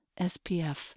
SPF